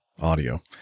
audio